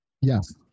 Yes